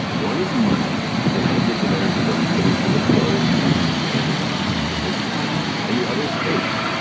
one is money. it's an object of energy that we put into the flow, and usually use amazon now to get what we want and the other is faith.